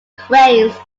cranes